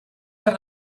per